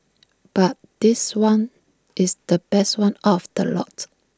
but this one is the best one out of the lot